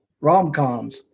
Rom-coms